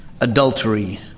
adultery